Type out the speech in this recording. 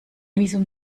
visum